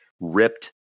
ripped